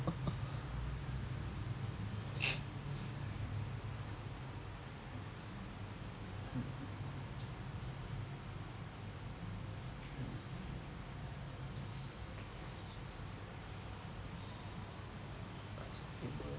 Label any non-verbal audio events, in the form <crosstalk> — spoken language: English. <laughs> <breath>